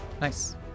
Nice